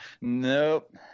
Nope